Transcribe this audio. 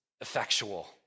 effectual